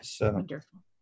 Wonderful